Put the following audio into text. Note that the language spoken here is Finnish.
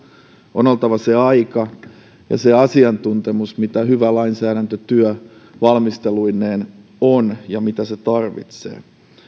on oltava se aika ja se asiantuntemus mitä hyvä lainsäädäntötyö valmisteluineen on ja mitä se tarvitsee